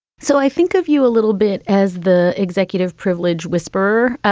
so i think of you a little bit as the executive privilege whisper.